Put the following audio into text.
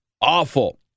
awful